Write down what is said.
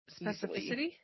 specificity